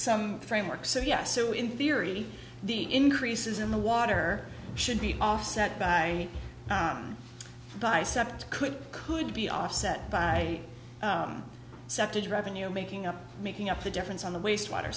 some framework so yes so in theory the increases in the water should be offset by the biceps could could be offset by septic revenue making up making up the difference on the wastewater